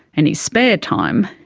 and his spare time,